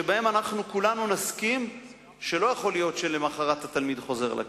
שבהם כולנו נסכים שלא יכול להיות שלמחרת התלמיד חוזר לכיתה.